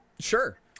sure